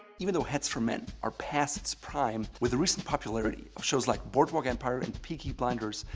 even though hats for men are past its prime, with the recent popularity of shows like boardwalk empire and peaky blinders,